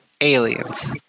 aliens